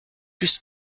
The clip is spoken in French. plus